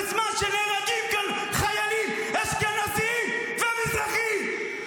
בזמן שנהרגים כאן חיילים אשכנזים ומזרחים.